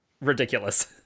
ridiculous